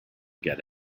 get